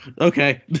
Okay